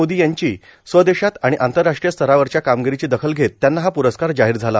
मोदी यांची स्वदेशात आणि आंतरराष्ट्रीय स्तरावरच्या कामगिरीची दखल घेत त्यांना हा प्रस्कार जाहीर झाला